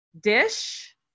dish